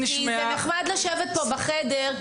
--- נחמד לשבת פה בחדר,